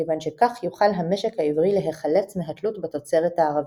כיוון שכך יוכל המשק העברי להיחלץ מהתלות בתוצרת הערבית.